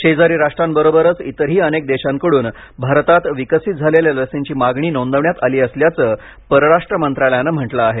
शेजारी राष्ट्रांबरोबरच इतरही अनेक देशांकडून भारतात विकसित झालेल्या लसींची मागणी नोंदवण्यात आली असल्याचं परराष्ट्र मंत्रालयानं म्हटलं आहे